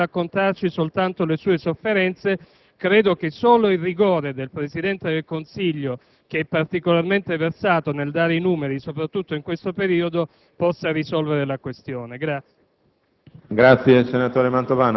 poiché il Ministro dell'interno è venuto a raccontarci soltanto le sue sofferenze, credo che solo il rigore del Presidente del Consiglio - che è particolarmente versato nel dare numeri, soprattutto in questo periodo - possa risolvere la questione.